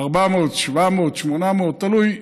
400 ל-700, 800, תלוי,